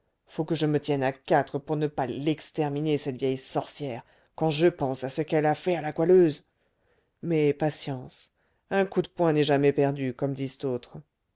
faut que je me tienne à quatre pour ne pas l'exterminer cette vieille sorcière quand je pense à ce qu'elle a fait à la goualeuse mais patience un coup de poing n'est jamais perdu comme dit